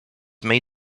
may